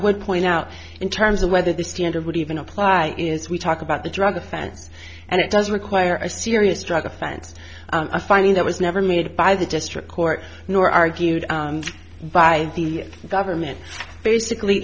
would point out in terms of whether the standard would even apply is we talk about the drug offense and it does require a serious drug offense a finding that was never made by the district court nor argued by the government basically